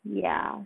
ya